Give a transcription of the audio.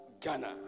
Ghana